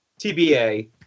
TBA